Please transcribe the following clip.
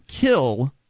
kill